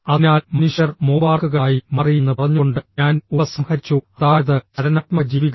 അതിനാൽ മനുഷ്യർ മോബാർക്കുകളായി മാറിയെന്ന് പറഞ്ഞുകൊണ്ട് ഞാൻ ഉപസംഹരിച്ചു അതായത് ചലനാത്മക ജീവികൾ